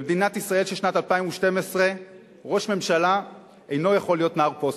במדינת ישראל של שנת 2012 ראש ממשלה אינו יכול להיות נער פוסטר.